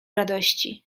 radości